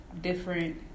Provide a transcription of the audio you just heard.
different